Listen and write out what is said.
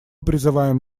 призываем